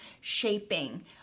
shaping